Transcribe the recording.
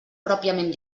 pròpiament